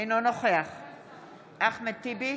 אינו נוכח אחמד טיבי,